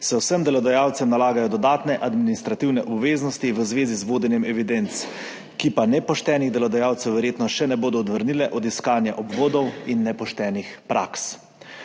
se vsem delodajalcem nalagajo dodatne administrativne obveznosti v zvezi z vodenjem evidenc, ki pa nepoštenih delodajalcev verjetno še ne bodo odvrnile od iskanja obvodov in nepoštenih praks.